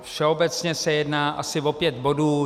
Všeobecně se jedná asi o pět bodů.